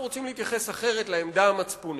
רוצים להתייחס אחרת לעמדה המצפונית,